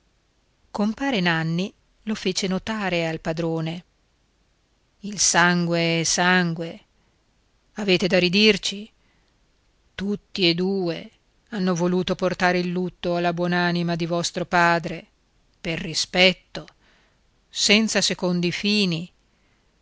nanni lo fece notare al padrone il sangue è sangue avete da ridirci tutti e due hanno voluto portare il lutto alla buon'anima di vostro padre per rispetto senza secondi fini